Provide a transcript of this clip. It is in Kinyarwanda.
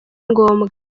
ngombwa